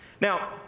Now